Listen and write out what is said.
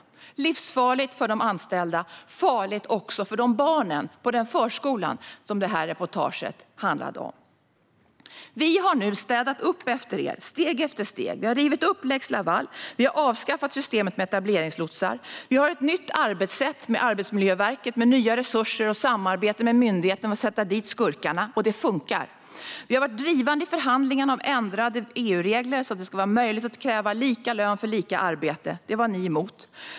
Det är livsfarligt för de anställda och farligt också för barnen på förskolan som reportaget handlade om. Vi har nu städat upp efter er, steg för steg. Vi har rivit upp lex Laval. Vi har avskaffat systemet med etableringslotsar. Vi har ett nytt arbetssätt med Arbetsmiljöverket med nya resurser och samarbete med myndigheterna för att sätta dit skurkarna, och det funkar. Vi har varit drivande i förhandlingarna om ändrade EU-regler så att det ska vara möjligt att kräva lika lön för lika arbete. Det var ni emot.